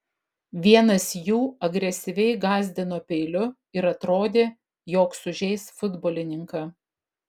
vienas jų agresyviai gąsdino peiliu ir atrodė jog sužeis futbolininką